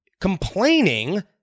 complaining